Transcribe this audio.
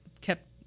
kept